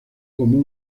como